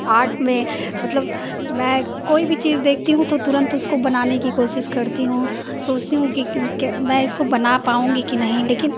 art में मतलब में कोई भी चीज़ देखती हूँ तो तुरंत उसको बनाने की कोशिश करती हूँ सोचती हूँ कि मैं इसको बना पाऊंगी कि नहीं लेकिन